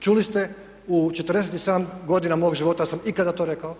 Čuli ste, u 47 godina mog života da sam ikada to rekao?